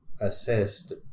assessed